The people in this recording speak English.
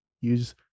use